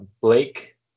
Blake